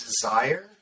desire